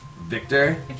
Victor